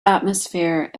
atmosphere